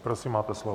Prosím, máte slovo.